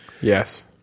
Yes